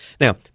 Now